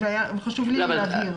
חשוב לי להבהיר.